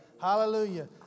Hallelujah